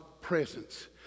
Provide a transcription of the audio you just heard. presence